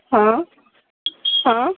हं हं